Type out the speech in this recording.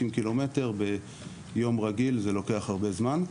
60 ק"מ ביום רגיל זה לוקח הרבה זמן.